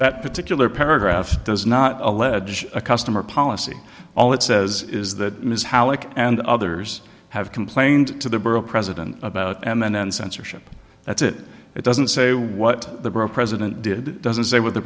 that particular paragraph does not allege a customer policy all it says is that ms halleck and others have complained to the borough president about and then censorship that's it it doesn't say what the bro president did doesn't say what the